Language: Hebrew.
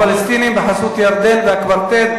השיחות עם הפלסטינים בחסות ירדן והקוורטט,